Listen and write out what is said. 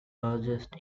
largest